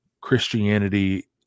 Christianity